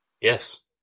Yes